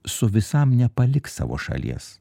su visam nepaliks savo šalies